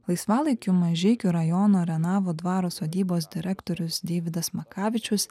laisvalaikiu mažeikių rajono renavo dvaro sodybos direktorius deividas makavičius